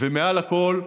ומעל הכול,